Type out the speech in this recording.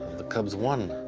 the cubs won.